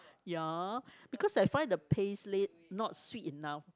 ya because I find the paste laid not sweet enough